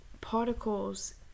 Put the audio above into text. particles